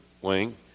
wing